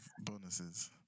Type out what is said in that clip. bonuses